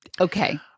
Okay